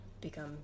become